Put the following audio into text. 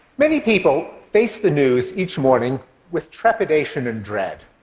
many people face the news each morning with trepidation and dread.